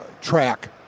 track